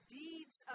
deeds